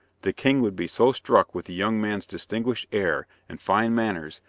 the king would be so struck with the young man's distinguished air and fine manners,